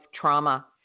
trauma